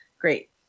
great